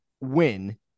win